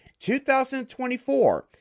2024